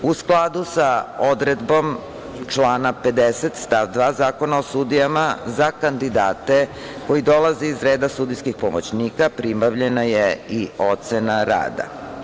U skladu sa odredbom člana 50. stav 2. Zakona o sudijama za kandidate koji dolaze iz reda sudijskih pomoćnika pribavljena je i ocena rada.